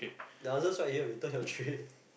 the answer's right here return your tray